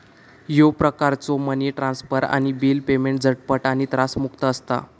ह्यो प्रकारचो money transfer आणि बिल पेमेंट झटपट आणि त्रासमुक्त असता